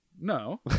No